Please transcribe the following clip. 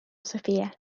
sofia